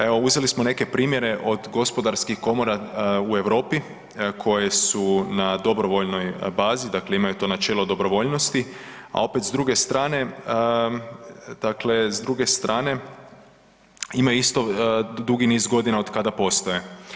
Evo uzeli smo neke primjere od gospodarskih komora u Europi koje su na dobrovoljnoj bazi, dakle imaju to načelo dobrovoljnosti, a opet s druge strane, dakle s druge strane imaju isto dugi niz godina od kada postoje.